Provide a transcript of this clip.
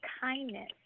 kindness